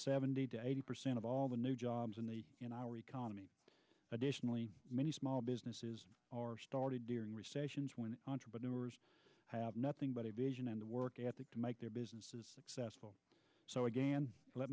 seventy eighty percent of all the new jobs in the in our economy additionally many small businesses are started during recessions when entrepreneurs have nothing but a vision and a work ethic to make their business is successful so again let